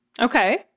Okay